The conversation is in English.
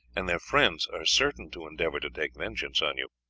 and their friends are certain to endeavour to take vengeance on you.